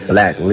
Black